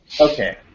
Okay